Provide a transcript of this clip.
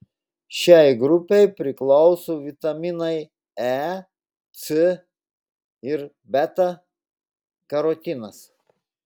šiai grupei priklauso vitaminai e c ir beta karotinas